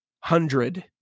hundred